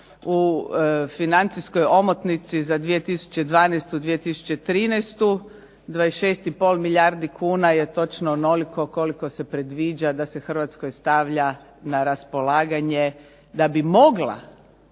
u financijskoj omotnici za 2012. i 2013. 26,5 milijardi kuna je točno onoliko koliko se predviđa da se Hrvatskoj stavlja na raspolaganje, da bi mogla,